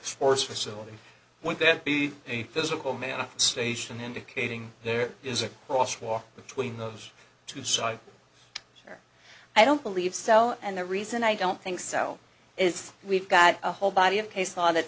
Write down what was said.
sports facilities when there be a physical manifestation indicating there is a cross walk between those two sides i don't believe so and the reason i don't think so is we've got a whole body of case law that